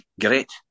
great